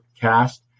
cast